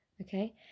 Okay